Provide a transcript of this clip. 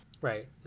Right